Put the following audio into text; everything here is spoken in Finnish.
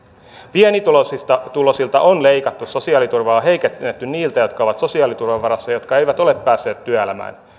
pienituloisilta on leikattu sosiaaliturvaa heikennetty niiltä jotka ovat sosiaaliturvan varassa ja jotka eivät ole päässeet työelämään